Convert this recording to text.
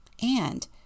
And